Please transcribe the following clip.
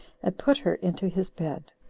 and put her into his bed.